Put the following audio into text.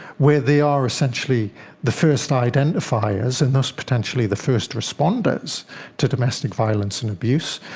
where they are essentially the first identifiers and thus potentially the first responders to domestic violence and abuse,